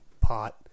pot